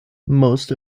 most